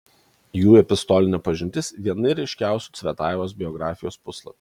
jų epistolinė pažintis vieni ryškiausių cvetajevos biografijos puslapių